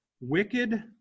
wicked